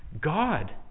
God